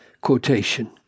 quotation